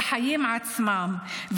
בחיים עצמם,